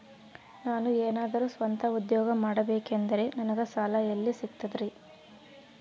ನಾನು ಏನಾದರೂ ಸ್ವಂತ ಉದ್ಯೋಗ ಮಾಡಬೇಕಂದರೆ ನನಗ ಸಾಲ ಎಲ್ಲಿ ಸಿಗ್ತದರಿ?